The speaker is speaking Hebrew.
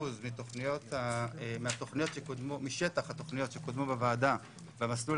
כ-16% משטח התוכניות שקודמו בוועדה במסלול